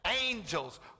angels